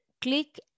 click